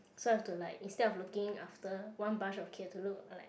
so I've to like instead of looking after one bunch of kids I've to look like